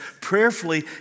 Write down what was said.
prayerfully